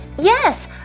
Yes